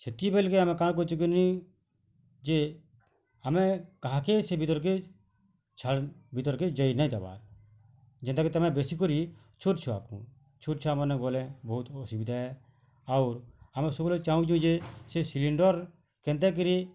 ସେତିକ୍ ବେଳେ କେ ଆମେ କାଣା କରଛୁ କହନୀ ଯେ ଆମେ କାହାକେ ସେ ଭିତରକେ ଛାଡ଼ ଭିତରକେ ଯାଇ ନାଇଁ ଦବା ଯେନ୍ତାକି ତମେ ବେଶି କରି ଛୋଟ ଛୁଆକୁ ଛୋଟ ଛୁଆମାନେ ଗଲେ ବହୁତ୍ ଅସୁବିଧା ଆଉ ଆମେ ସବୁବେଳେ ଚାଁହୁଁଛୁ ଯେ ସେ ସିଲିଣ୍ଡର କେନ୍ତା କିରି